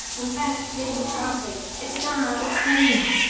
i'm back in the office, it's not a scam.